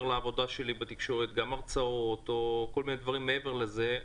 לעבודה שלי בתקשורת גם הרצאות או דברים נוספים,